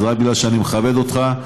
זה רק כי אני מכבד אותך,